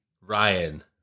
Ryan